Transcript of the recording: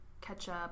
ketchup